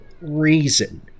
reason